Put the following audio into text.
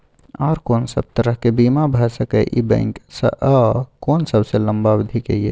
आर कोन सब तरह के बीमा भ सके इ बैंक स आ कोन सबसे लंबा अवधि के ये?